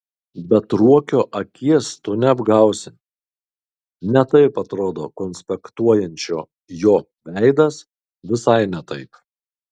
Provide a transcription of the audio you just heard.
bet ruokio akies tu neapgausi ne taip atrodo konspektuojančio jo veidas visai ne taip